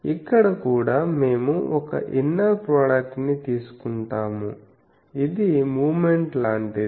ఇక్కడ కూడా మేము ఒక ఇన్నర్ ప్రోడక్ట్ ని తీసుకుంటాము ఇది మూమెంట్ లాంటిది